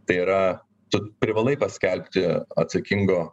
tai yra tu privalai paskelbti atsakingo